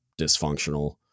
dysfunctional